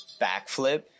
backflip